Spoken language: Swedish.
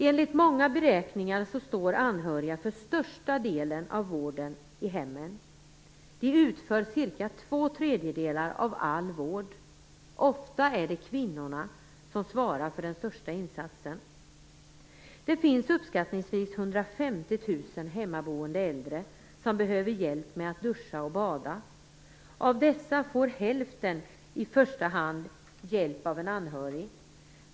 Enligt många beräkningar står anhöriga för största delen av vården i hemmen. De utför cirka två tredjedelar av all vård. Ofta är det kvinnorna som svarar för den största insatsen. Det finns uppskattningsvis 150 000 hemmaboende äldre som behöver hjälp med att duscha och bada. Av dessa får hälften i första hand hjälp av en anhörig.